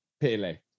Pele